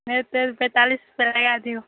नहि हेतै तऽ पैंतालीस रूपआ लगा दियौ